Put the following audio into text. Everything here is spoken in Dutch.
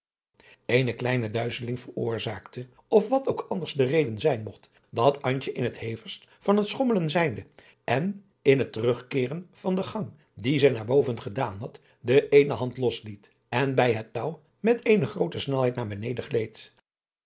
eene kleine duizeling veroorzaakte of wat ook anders de reden zijn mogt dat antje in het hevigst van het schommelen zijnde en in het terugkeeren van den gang dien zij naar boven gedaan had de eene hand los liet en bij het touw met eene groote snelheid naar beneden gleed